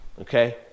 okay